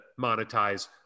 monetize